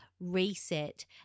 Reset